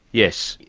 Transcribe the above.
yes,